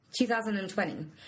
2020